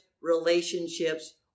relationships